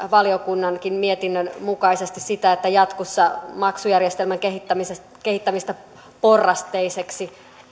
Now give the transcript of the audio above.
valiokunnankin mietinnön mukaisesti sitä että jatkossa maksujärjestelmän kehittämistä porrasteiseksi